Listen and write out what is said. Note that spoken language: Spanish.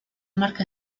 marca